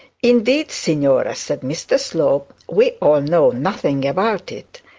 indeed, signora said mr slope, we all know nothing about it.